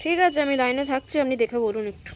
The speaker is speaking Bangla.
ঠিক আছে আমি লাইনে থাকছি আপনি দেখে বলুন একটু